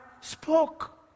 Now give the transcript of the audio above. spoke